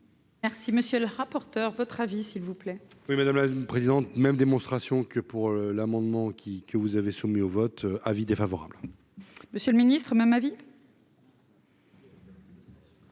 Merci, monsieur le rapporteur, votre avis s'il vous plaît. Oui, madame la une présidente même démonstration que pour l'amendement, qui que vous avez soumis au vote : avis défavorable. Monsieur le Ministre, ma ma vie.